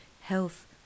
health